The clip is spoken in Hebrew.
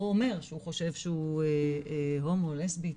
או אומר שהוא חושב שהוא הומו, לסבית,